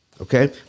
okay